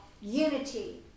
unity